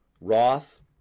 Roth